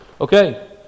Okay